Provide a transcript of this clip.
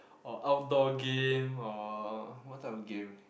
or outdoor game or what type of game